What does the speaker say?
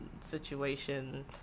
situation